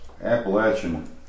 Appalachian